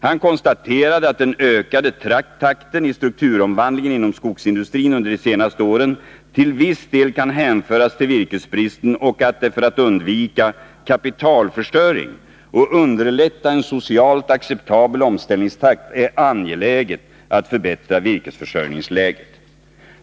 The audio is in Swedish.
Han konstaterade att den ökade takten i strukturomvandlingen inom skogsindustrin under de senaste åren till viss del kan hänföras till virkesbristen och att det för att undvika kapitalförstöring och underlätta en socialt acceptabel omställningstakt är angeläget att förbättra virkesförsörjningsläget.